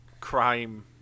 crime